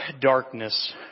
darkness